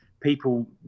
people